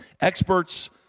Experts